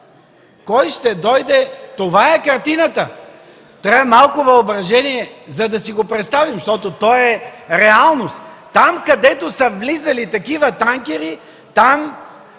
Кой ще дойде? (Реплики.) Това е картина. Трябва въображение, за да си го представим, защото то е реалност. Там, където са влизали такива танкери, там